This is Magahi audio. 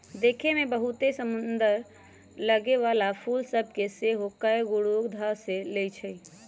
देखय में बहुते समसुन्दर लगे वला फूल सभ के सेहो कएगो रोग सभ ध लेए छइ